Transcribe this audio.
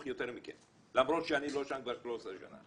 יותר מכם למרות שאני לא שם כבר 13 שנה.